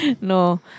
No